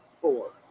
four